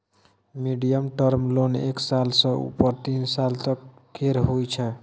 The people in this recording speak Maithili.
मीडियम टर्म लोन एक साल सँ उपर तीन सालक तक केर होइ छै